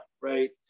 right